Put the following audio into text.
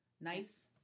Nice